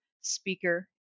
speaker